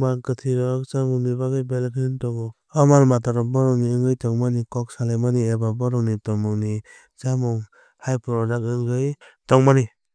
mang kwthwi chamungni bagwi belai kheno wngwi tongo. O mal matarok bohrokni wngwi tongmani kok salaimani eba bohrokni tongmung tei chamungni byproduct wngwi wngwi tongmani.